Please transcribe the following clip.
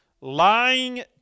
Lying